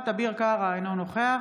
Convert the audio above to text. נוכחת אביר קארה, אינו נוכח